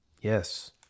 Yes